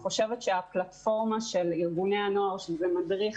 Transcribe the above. הפלטפורמה של ארגוני הנוער של מדריך,